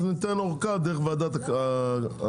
אז ניתן אורכה דרך ועדת הכלכלה.